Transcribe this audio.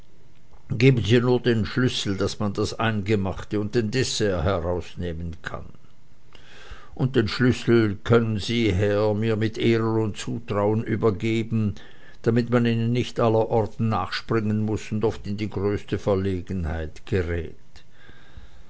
geben sie nur den schlüssel daß man das eingemachte und den dessert herausnehmen kann und den schlüssel könnten sie herr mir mit ehren und zutrauen übergeben damit man ihnen nicht allerorten nachspringen muß und oft in die größte verlegenheit gerät